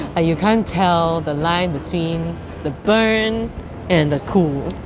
ah you can't tell the line between the burn and the cool.